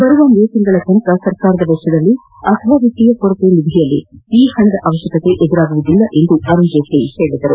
ಬರುವ ಮೇ ವರೆಗೆ ಸರ್ಕಾರದ ವೆಚ್ಲದಲ್ಲಿ ಅಥವಾ ವಿತ್ತೀಯ ಕೊರತೆ ನಿಧಿಯಲ್ಲಿ ಈ ಹಣದ ಅವಶ್ಯಕತೆ ಎದುರಾಗುವುದಿಲ್ಲ ಎಂದು ಅರುಣ್ ಜೇಟ್ಲ ಹೇಳಿದರು